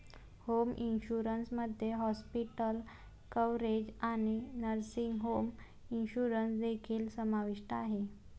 home insurance मध्ये hospital coverage आणि nursing home insurance देखील समाविष्ट आहे